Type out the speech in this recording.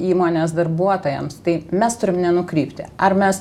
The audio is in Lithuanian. įmonės darbuotojams tai mes turim nenukrypti ar mes